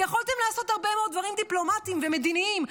כי יכולתם לעשות הרבה מאוד דברים דיפלומטיים ומדיניים.